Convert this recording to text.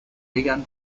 began